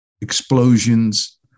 explosions